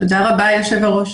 תודה רבה, היושב-ראש.